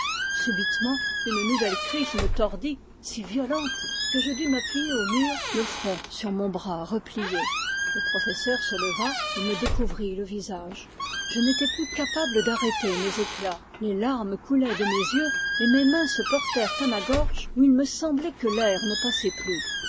subitement une nouvelle crise me tordit si violente que je dus m'appuyer au mur le front sur mon bras replié le professeur se leva et me découvrit le visage je n'étais plus capable d'arrêter mes éclats les larmes coulaient de mes yeux et mes mains se portèrent à ma gorge où il me semblait que l'air ne passait plus